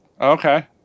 Okay